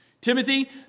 Timothy